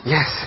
Yes